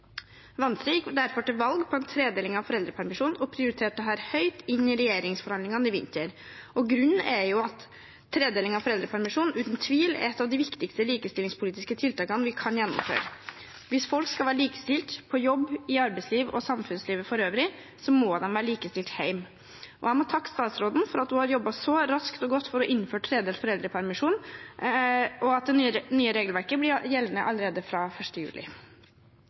gikk derfor til valg på en tredeling av foreldrepermisjonen og prioriterte det høyt i regjeringsforhandlingene i vinter. Grunnen er at en tredeling av foreldrepermisjonen uten tvil er et av de viktigste likestillingspolitiske tiltakene vi kan gjennomføre. Hvis folk skal være likestilt på jobben, i arbeidslivet og i samfunnslivet for øvrig, må de være likestilt hjemme. Jeg må takke statsråden for at hun har jobbet så raskt og godt for å innføre tredelt foreldrepermisjon, og at det nye regelverket blir gjeldende allerede fra 1. juli.